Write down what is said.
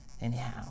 Anyhow